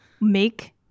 make